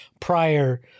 prior